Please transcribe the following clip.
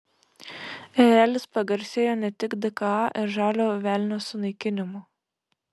erelis pagarsėjo ne tik dka ir žalio velnio sunaikinimu